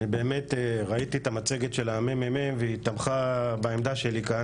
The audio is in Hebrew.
אני באמת ראיתי את המצגת של הממ"מ והיא תמכה בעמדה שלי כאן.